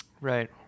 Right